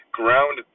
ground